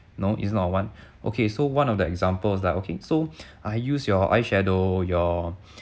no it's not a want okay so one of the examples like okay so ah use your eyeshadow your